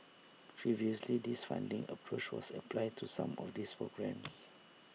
previously this funding approach was applied to some of these programmes